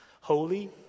holy